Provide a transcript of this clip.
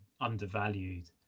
undervalued